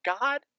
God